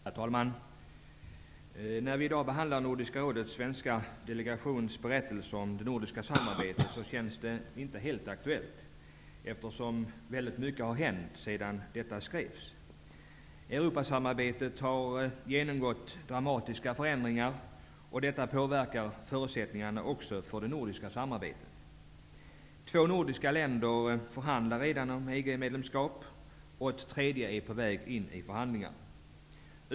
Herr talman! När vi i dag behandlar Nordiska rådets svenska delegations berättelse om det nordiska samarbetet känns den inte helt aktuell, eftersom väldigt mycket skett sedan detta skrevs. Europasamarbetet har genomgått dramatiska förändringar. Detta påverkar också förutsättningarna för det nordiska samarbetet. Två nordiska länder förhandlar redan om EG medlemskap, och ett tredje är på väg in i förhandlingar.